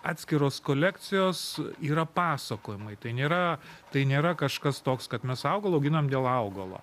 atskiros kolekcijos yra pasakojimai tai nėra tai nėra kažkas toks kad mes augalą ginam dėl augalo